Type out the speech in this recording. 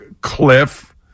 Cliff